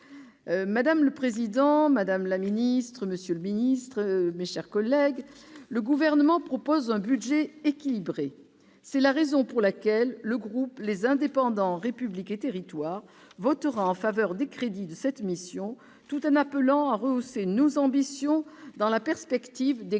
Madame la présidente, madame la ministre, monsieur le ministre, mes chers collègues, le Gouvernement propose un budget équilibré. C'est la raison pour laquelle le groupe Les Indépendants - République et Territoires votera en faveur des crédits de cette mission, tout en appelant à rehausser nos ambitions dans la perspective des grands